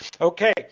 okay